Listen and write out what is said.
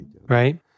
right